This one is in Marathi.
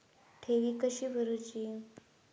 ठेवी कशी भरूची?